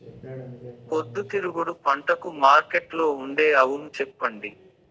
పొద్దుతిరుగుడు పంటకు మార్కెట్లో ఉండే అవును చెప్పండి?